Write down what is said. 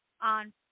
on